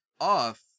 off